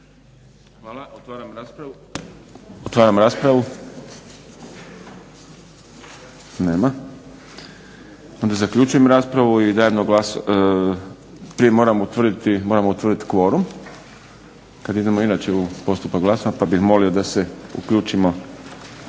Hvala. Otvaram raspravu. Nema. Onda zaključujem raspravu i prije moramo utvrditi kvorum kako inače idemo u postupak glasanja pa bih molio da se uključimo